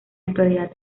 actualidad